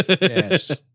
Yes